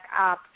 up